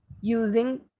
Using